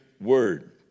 word